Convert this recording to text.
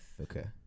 Okay